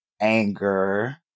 anger